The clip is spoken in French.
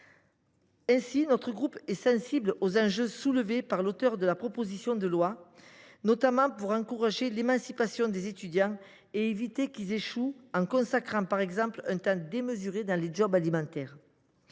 Notre groupe est donc sensible aux enjeux soulevés par l’auteure de la proposition de loi, notamment pour encourager l’émancipation des étudiants et éviter qu’ils échouent, en consacrant un temps démesuré à des jobs alimentaires.